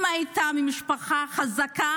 אם היא הייתה ממשפחה חזקה,